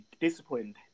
disciplined